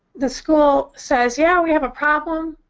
the school says, yeah, we have a problem,